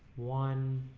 one